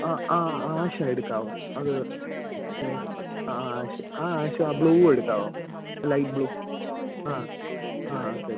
ആ ആ ആ ആഷ് എടുക്കാവോ അത് ആ ആഷ് ആ ആഷ് ആ ബ്ലൂ എടുക്കാവോ ലൈറ്റ് ബ്ലൂ ആ ആ ഓക്കെ ഓക്കെ